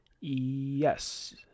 yes